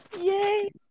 Yay